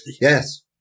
Yes